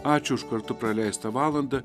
ačiū už kartu praleistą valandą